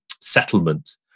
settlement